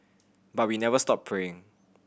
but we never stop praying